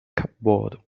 cupboard